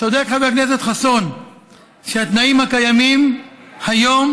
צודק חבר הכנסת חסון שהתנאים הקיימים היום